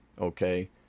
okay